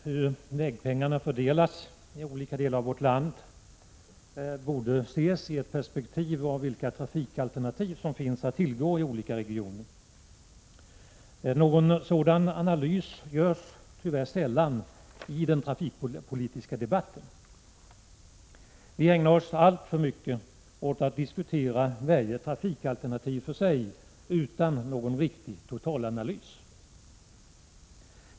Herr talman! Hur vägpengarna fördelas i olika delar av vårt land borde ses 13 maj 1987 i perspektivet av vilka trafikalternativ som finns att tillgå i olika regioner. Någon sådan analys görs tyvärr sällan i den trafikpolitiska debatten. Vi ägnar oss alltför mycket åt att diskutera varje trafikalternativ för sig utan någon riktig totalanalys.